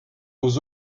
aux